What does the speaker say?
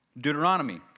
Deuteronomy